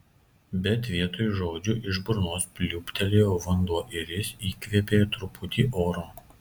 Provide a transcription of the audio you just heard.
bet vietoj žodžių iš burnos pliūptelėjo vanduo ir jis įkvėpė truputį oro